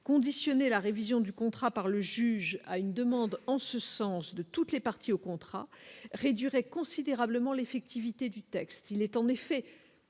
conditionner la révision du contrat par le juge à une demande en ce sens, de toutes les parties au contrat réduirait considérablement l'effectivité du textile est en effet